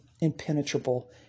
impenetrable